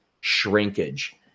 shrinkage